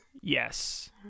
Yes